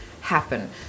happen